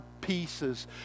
pieces